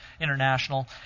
International